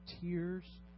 tears